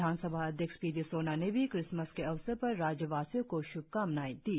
विधानसभा अध्यक्ष पी डी सोना ने भी क्रिसमस के अवसर पर राज्यवासियों को श्भकामनाए दी है